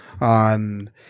on